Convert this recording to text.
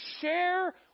share